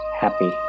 happy